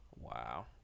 Wow